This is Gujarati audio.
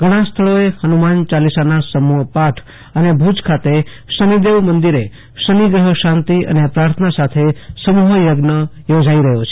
ઘણા સ્થળે હનુમાન યાલીસના સમુહ પાઠ અને ભુજ ખાતે શનિદેવ મંદિરે શનિગ્રહ શાંતિ અને પ્રાર્થના સાથે સમુહ યજ્ઞ યોજાઈ રહ્યો છે